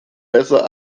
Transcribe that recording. besser